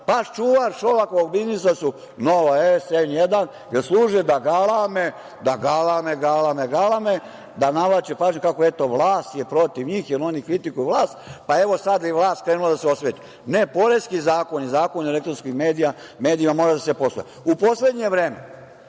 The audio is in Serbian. Pas čuvar Šolakovog biznisa su: „Nova S“, N1, jer služe da galame, galame, galame, da privlače pažnju kako je, eto, vlast protiv njih, jer oni kritikuju vlast, pa evo sad je vlast krenula da im se osveti. Ne, poreski zakon i Zakon o elektronskim medijima moraju da se poštuju.U poslednje vreme,